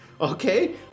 Okay